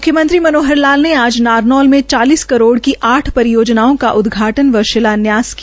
मुख्यमंत्री मनोहर लाल ने आज नारनौल में चालीस करोड़ की आठ परियोजनाओं का उदघाटन व शिलान्यास किया